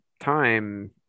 time